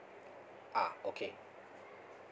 ah okay